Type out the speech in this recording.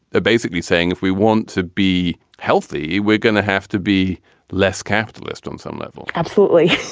basically saying if we want to be healthy, we're going to have to be less capitalist on some level absolutely.